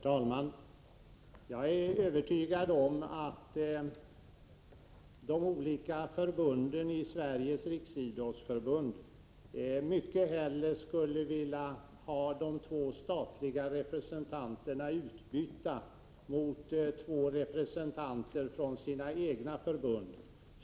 Herr talman! Jag är övertygad om att de olika förbunden i Sveriges riksidrottsförbund mycket hellre skulle vilja ha de två statliga representanterna utbytta mot två representanter från deras egna förbund.